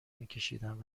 میکشیدم